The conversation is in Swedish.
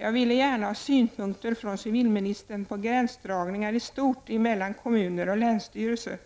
Jag ville gärna har synpunkter från civilministern på gränsdragningar i stort mellan kommuner och länsstyrelser.